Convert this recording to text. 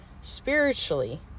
spiritually